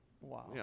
Wow